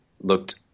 looked